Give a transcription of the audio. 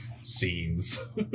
scenes